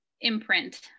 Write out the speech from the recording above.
imprint